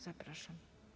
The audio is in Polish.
Zapraszam.